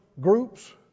groups